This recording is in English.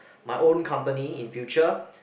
my own company in future